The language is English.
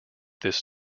this